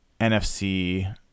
NFC